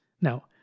now